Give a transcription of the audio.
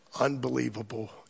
unbelievable